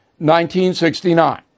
1969